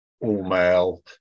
all-male